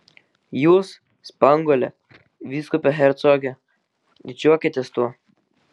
jūs spanguolė vyskupe hercoge didžiuokitės tuo